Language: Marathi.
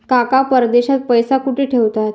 काका परदेशात पैसा कुठे ठेवतात?